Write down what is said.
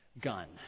gun